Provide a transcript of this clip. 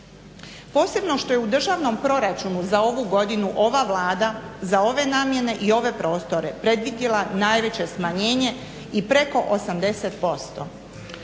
posebno što je državnom proračunu za ovu godinu ova Vlada za ove namjene i ove prostore predvidjela najveće smanjenje i preko 80%.